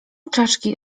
czaszki